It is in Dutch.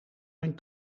mijn